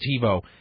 TiVo